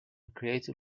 created